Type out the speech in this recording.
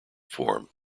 form